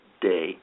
day